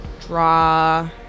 draw